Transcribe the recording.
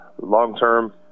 long-term